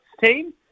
team